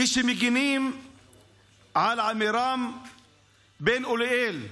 כשכמה חברי קואליציה מגינים על עמירם בן אוליאל,